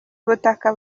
ubutaka